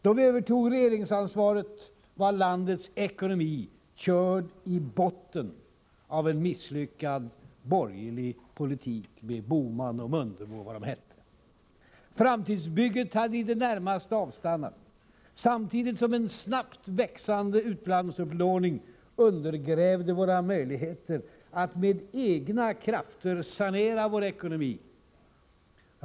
Då vi övertog regeringsansvaret hösten 1982, var landets ekonomi körd i botten genom en borgerlig politik med Bohman och Mundebo och vad de nu hette. Framtidsbygget hade i det närmaste avstannat, samtidigt som en snabbt växande utlandsupplåning undergrävde våra möjligheter att med egna krafter sanera vår ekonomi.